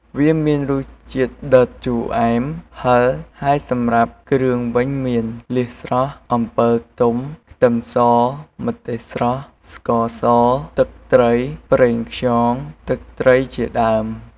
វាមានរសជាតិដិត ជូអែម ហិល ហើយសម្រាប់គ្រឿងវិញមាន លៀសស្រស់ អំពិលទុំ ខ្ទឹមស ម្ទេសស្រស់ ស្ករស ទឹកត្រី ប្រេងខ្យង ទឹកត្រីជាដើម។